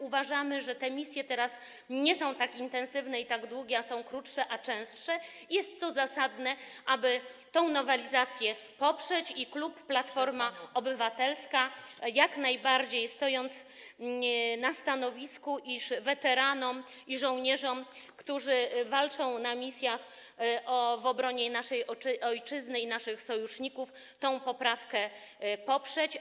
Uważamy, że skoro te misje teraz nie są tak intensywne i tak długie, są krótsze, a częstsze, jest to zasadne, aby tę nowelizację poprzeć i klub Platforma Obywatelska jak najbardziej, stojąc na stanowisku, iż to jest dla weteranów i żołnierzy, którzy walczą na misjach, w obronie naszej ojczyzny i naszych sojuszników, tę poprawkę poprze.